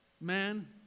man